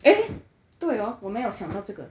eh 对哦我没有想到这个